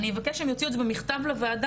אני מבקשת שהם יוציאו את זה במכתב לוועדה.